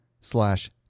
slash